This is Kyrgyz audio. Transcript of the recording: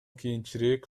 кийинчерээк